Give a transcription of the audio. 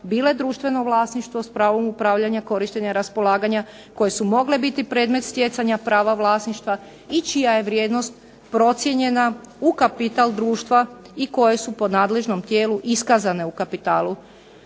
bile društveno vlasništvo s pravom upravljanja, korištenja i raspolaganja koje su mogle biti predmet stjecanja prava vlasništva i čija je vrijednost procijenjena u kapital društva i koje su po nadležnom tijelu iskazane u kapitalu